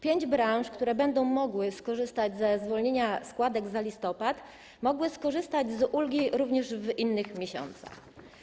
Pięć branż, które będą mogły skorzystać ze zwolnienia ze składek za listopad, mogło skorzystać z ulgi również w innych miesiącach.